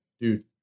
dude